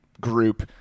group